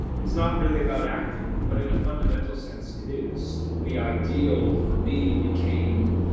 it's not really about acting, but in a fundamental sense, it is. the ideal for me became.